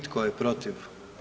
Tko je protiv?